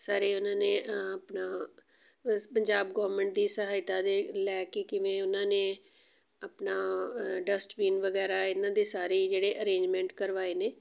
ਸਾਰੇ ਉਹਨਾਂ ਨੇ ਆਪਣਾ ਪ ਪੰਜਾਬ ਗੌਰਮੈਂਟ ਦੀ ਸਹਾਇਤਾ ਦੇ ਲੈ ਕੇ ਕਿਵੇਂ ਉਹਨਾਂ ਨੇ ਆਪਣਾ ਡਸਟਬੀਨ ਵਗੈਰਾ ਇਹਨਾਂ ਦੇ ਸਾਰੇ ਜਿਹੜੇ ਅਰੇਂਜਮੈਂਟ ਕਰਵਾਏ ਨੇ